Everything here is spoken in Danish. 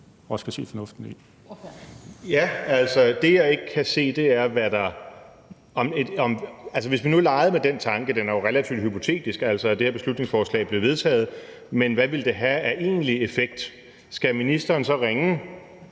kan se fornuften i. Kl. 16:53 Morten Messerschmidt (DF): Altså, hvis vi nu legede med den tanke – den er jo relativt hypotetisk – at det her beslutningsforslag blev vedtaget, hvad ville det så have af egentlig effekt? Skal ministeren så ringe